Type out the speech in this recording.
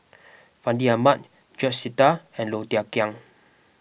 Fandi Ahmad George Sita and Low Thia Khiang